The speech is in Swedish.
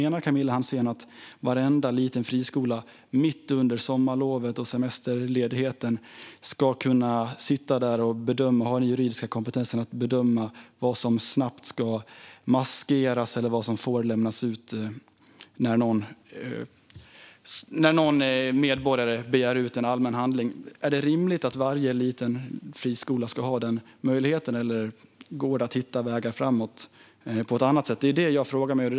Menar Camilla Hansén att varenda liten friskola mitt under sommarlovet, under semestern, ska ha den juridiska kompetensen för att snabbt bedöma vad som ska maskeras eller vad som får lämnas ut när en medborgare begär ut en allmän handling? Är det rimligt att varje liten friskola ska ha den möjligheten, eller går det att hitta andra vägar? Det är det jag frågar mig.